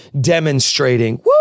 demonstrating